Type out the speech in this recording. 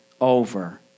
over